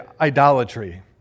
idolatry